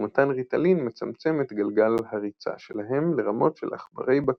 ומתן ריטלין מצמצם את גלגל הריצה שלהם לרמות של עכברי בקרה.